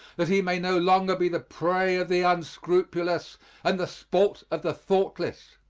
that he may no longer be the prey of the unscrupulous and the sport of the thoughtless.